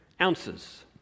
ounces